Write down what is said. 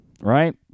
right